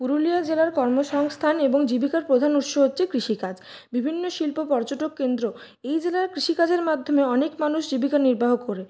পুরুলিয়া জেলার কর্মসংস্থান এবং জীবিকার প্রধান উৎস হচ্ছে কৃষিকাজ বিভিন্ন শিল্প পর্যটক কেন্দ্র এই জেলার কৃষিকাজের মাধ্যমে অনেক মানুষ জীবিকা নির্বাহ করে